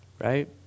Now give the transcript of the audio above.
right